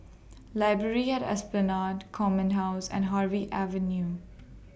Library At Esplanade Command House and Harvey Avenue